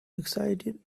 excited